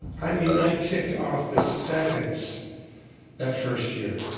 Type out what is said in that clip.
i mean i ticked off the seconds that first year